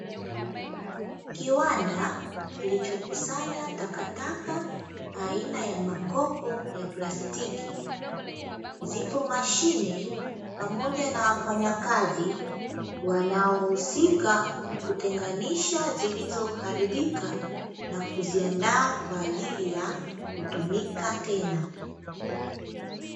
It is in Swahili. Kiwanda kilichokusanya takataka aina ya makopo ya plastiki. Zipo mashine pamoja na wafanyakazi, wanaohusika kutenganisha zilizoharibika na kuziandaa kwa ajili ya kutumika tena.